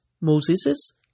Moses's